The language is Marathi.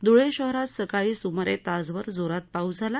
धुळे शहरात सकाळी सुमारे तासभर जोरदार पाऊस झाला